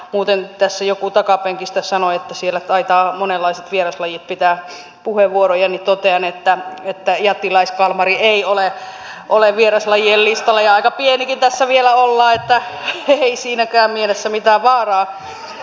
muuten kun tässä joku takapenkistä sanoi että siellä taitavat monenlaiset vieraslajit pitää puheenvuoroja niin totean että jättiläiskalmari ei ole vieraslajien listalla ja aika pienikin tässä vielä ollaan että ei siinäkään mielessä mitään vaaraa